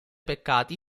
peccati